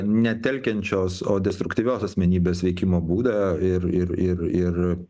ne telkiančios o destruktyvios asmenybės veikimo būdą ir ir ir ir